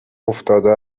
افتاده